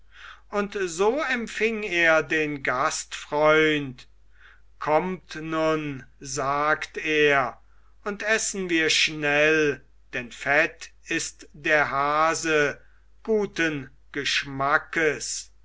und so empfing er den gastfreund kommt nun sagt er und essen wir schnell denn fett ist der hase guten geschmackes